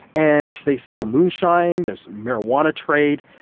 and they sell moonshine. there's marijuana trade.